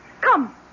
Come